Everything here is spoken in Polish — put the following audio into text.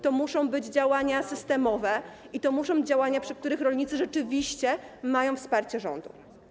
To muszą być działania systemowe i to muszą być działania, w przypadku których rolnicy rzeczywiście mają wsparcie rządu.